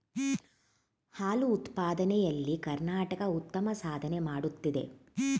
ಹಾಲು ಉತ್ಪಾದನೆ ಎಲ್ಲಿ ಕರ್ನಾಟಕ ಉತ್ತಮ ಸಾಧನೆ ಮಾಡುತ್ತಿದೆ